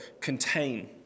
contain